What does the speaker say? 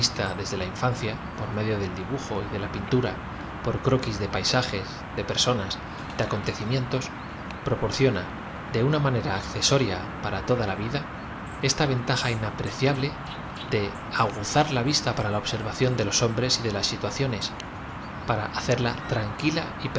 desde la infancia por medio del dibujo y de la pintura por croquis de paisajes de personas de acontecimientos prcorciona de una manera accesoria para toda la vida esta ventaja inapreciable de aguzar la vista para la obser vación de los hombrea y de las situacioneb para ha cerla tranquila